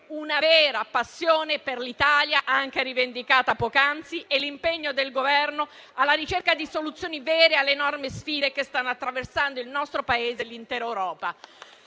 una vera passione per l'Italia, anche rivendicata poc'anzi, e l'impegno del Governo alla ricerca di soluzioni vere alle enormi sfide che stanno attraversando il nostro Paese e l'intera Europa.